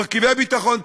מרכיבי ביטחון צריך,